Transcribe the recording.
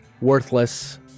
worthless